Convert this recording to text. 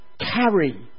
Carry